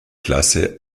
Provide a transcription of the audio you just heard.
klasse